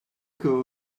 cool